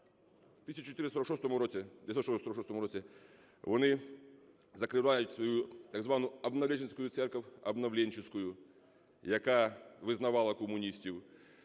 У 1946 році вони закривають свою так звану обновленческую церковь, обновленческую, яка визнавала комуністів,